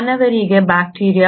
ಮಾನವರಿಗೆ ಬ್ಯಾಕ್ಟೀರಿಯಾ